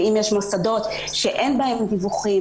ואם יש מוסדות שאין בהם דיווחים,